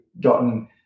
gotten